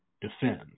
defend